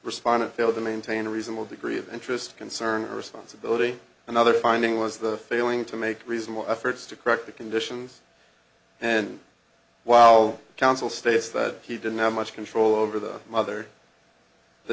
respondent failed to maintain a reasonable degree of interest concerning responsibility and other finding was the failing to make reasonable efforts to correct the conditions and while counsel states that he didn't have much control over the mother the